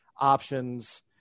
options